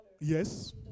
Yes